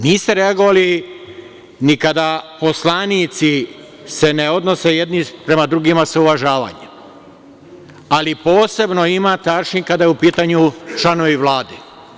Niste reagovali ni kada poslanici se ne odnose jedni prema drugima sa uvažavanjem, ali posebno imate aršin kada su u pitanju članovi Vlade.